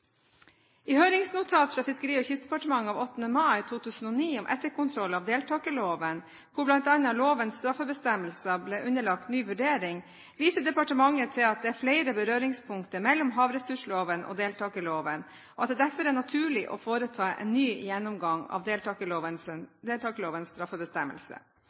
I høringsnotat fra Fiskeri- og kystdepartementet av 8. mai 2009 om etterkontroll av deltakerloven, hvor bl.a. lovens straffebestemmelse ble underlagt ny vurdering, viser departementet til at det er flere berøringspunkter mellom havressursloven og deltakerloven, og at det derfor er naturlig å foreta en ny gjennomgang av deltakerlovens straffebestemmelse.